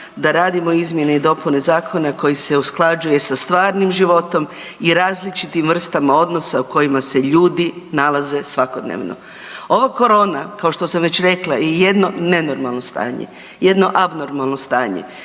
da radimo izmjene i dopune zakona koji se usklađuje sa stvarnim životom i različitim vrstama odnosa u kojima se ljudi nalaze svakodnevno. Ova corona kao što sam već rekla je jedno nenormalno stanje, jedno abnormalno stanje.